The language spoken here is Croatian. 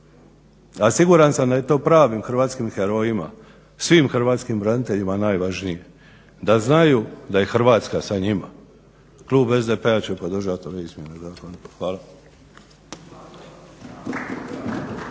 A siguran sam da je to pravim hrvatskim herojima, svim hrvatskim braniteljima najvažnije da znaju da je Hrvatska sa njima. Klub SDP-a će podržati ove izmjene zakona. Hvala.